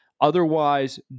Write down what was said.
Otherwise